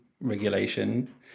regulation